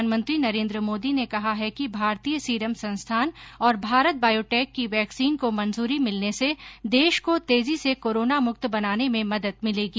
प्रधानमंत्री नरेन्द्र मोदी ने कहा है कि भारतीय सीरम संस्थान और भारत बॉयोटेक की वैक्सीन को मंजूरी मिलने से देश को तेजी से कोरोना मुक्त बनाने में मदद भिलेगी